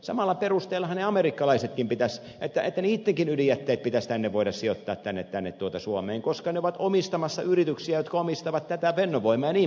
samalla perusteellahan amerikkalaistenkin pitää se että niittenkin yllättäen ydinjätteet pitäisi voida sijoittaa tänne suomeen koska ne ovat omistamassa yrityksiä jotka omistavat tätä fennovoimaa jnp